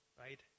right